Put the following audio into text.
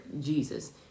Jesus